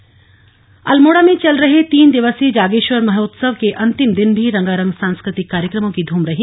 जागेश्वर महोत्सव अल्मोड़ा में चल रहे तीन दिवसीय जागेश्वर महोत्सव के अन्तिम दिन भी रंगारंग सांस्कृतिक कार्यक्रमों की ध्रम रही